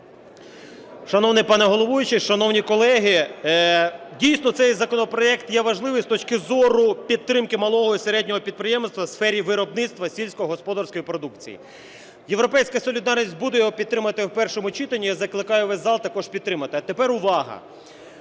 Шановний пане головуючий, шановні колеги! Дійсно, цей законопроект є важливий з точки зору підтримки малого і середнього підприємництва в сфері виробництва сільськогосподарської продукції. "Європейська солідарність" буде його підтримувати в першому читанні. І я закликаю увесь зал також підтримати. А тепер увага!